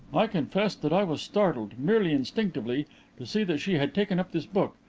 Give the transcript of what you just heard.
i confess that i was startled merely instinctively to see that she had taken up this book,